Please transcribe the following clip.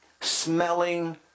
smelling